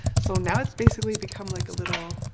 so now it's basically become like a little.